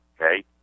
Okay